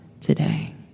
today